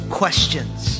questions